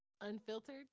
Unfiltered